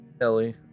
Ellie